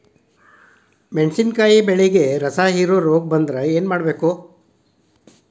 ಮೆಣಸಿನಕಾಯಿಗಳಿಗೆ ರಸಹೇರುವ ರೋಗ ಬಂದರೆ ಏನು ಮಾಡಬೇಕು?